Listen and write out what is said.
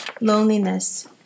loneliness